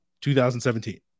2017